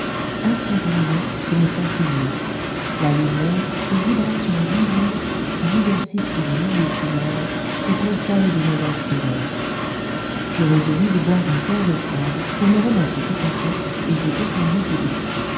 instantanément je me sentis mieux la lumière cette vibration divine diversifie les milieux funèbres et console des mauvaises terreurs je résolus de boire un verre d'eau froide pour me remettre tout à fait et je descendis du lit